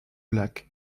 lac